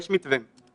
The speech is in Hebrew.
יש מתווה,